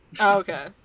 Okay